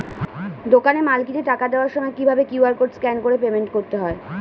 দোকানে মাল কিনে টাকা দেওয়ার সময় কিভাবে কিউ.আর কোড স্ক্যান করে পেমেন্ট করতে হয়?